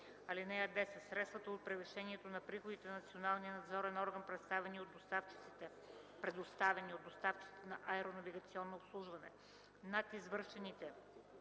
(10) Средствата от превишението на приходите на националния надзорен орган, предоставени от доставчиците на аеронавигационно обслужване над извършените